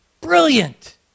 Brilliant